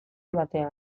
batean